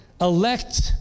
elect